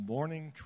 Morning